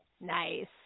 Nice